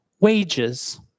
wages